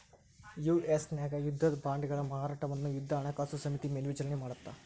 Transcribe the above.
US ನ್ಯಾಗ ಯುದ್ಧದ ಬಾಂಡ್ಗಳ ಮಾರಾಟವನ್ನ ಯುದ್ಧ ಹಣಕಾಸು ಸಮಿತಿ ಮೇಲ್ವಿಚಾರಣಿ ಮಾಡತ್ತ